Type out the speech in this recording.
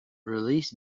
release